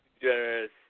generous